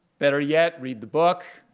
better yet read the book,